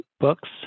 books